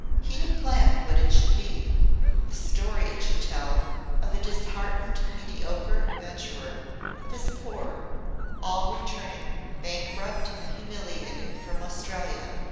he had planned what it should be the story it should tell of a disheartened mediocre venturer of his poor all returning bankrupt and humiliated from australia,